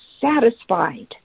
satisfied